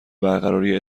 برقراری